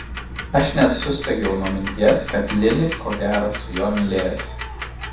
aš net suspiegiau nuo minties kad lili ko gero su juo mylėjosi